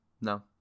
no